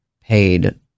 paid